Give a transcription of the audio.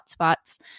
hotspots